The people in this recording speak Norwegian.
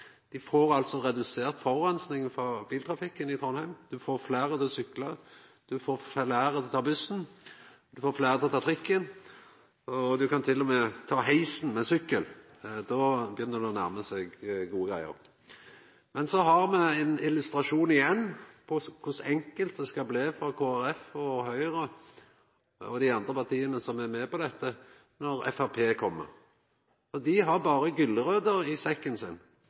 Ein får redusert forureininga frå biltrafikken i Trondheim, ein får fleire til å sykla, og ein får fleire til å ta bussen og trikken – ein kan til og med ta heisen med sykkel, så då begynner det å nærma seg gode greier. Men så har me igjen ein illustrasjon på kor enkelt det skal bli for Kristeleg Folkeparti og Høgre – og andre parti som er med på dette – når Framstegspartiet kjem. Dei har berre gulrøter i sekken